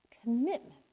commitment